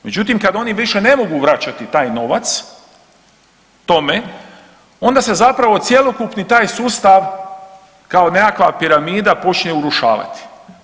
Međutim kad oni više ne mogu vraćati taj novac tome onda se zapravo cjelokupni taj sustav kao nekakva piramida počne urušavati.